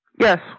Yes